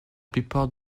plupart